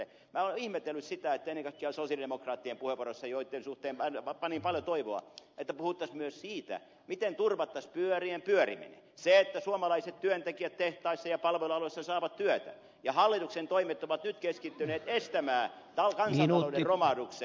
minä olen ihmetellyt sitä ettei ennen kaikkea sosialidemokraattien puheenvuoroissa joitten suhteen panin paljon toivoa puhuta myös siitä miten turvattaisiin pyörien pyöriminen se että suomalaiset työntekijät tehtaissa ja palvelualoilla saavat työtä ja hallituksen toimet ovat nyt keskittyneet estämään kansantalouden romahduksen